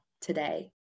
today